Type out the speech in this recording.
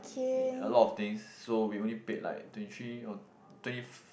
a lot of things so we only paid like twenty three or twenty f~